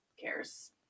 cares